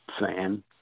fan